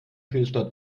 fehlstart